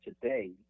today